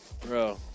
bro